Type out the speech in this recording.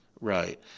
Right